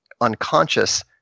unconscious